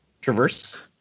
traverse